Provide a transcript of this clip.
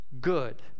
good